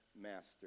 master